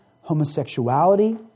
homosexuality